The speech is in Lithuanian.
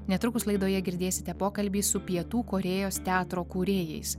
netrukus laidoje girdėsite pokalbį su pietų korėjos teatro kūrėjais